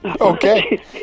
Okay